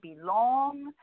belong